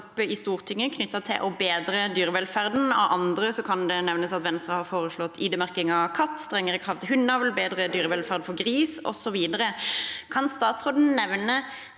i Stortinget knyttet til å bedre dyrevelferden. Av andre kan det nevnes at Venstre har foreslått ID-merking av katt, strengere krav til hundeavl, bedre dyrevelferd for gris, osv. Kan statsråden nevne